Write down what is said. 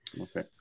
Okay